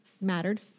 Mattered